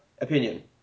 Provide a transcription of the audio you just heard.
opinion